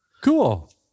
Cool